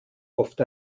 oft